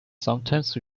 sometimes